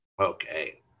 Okay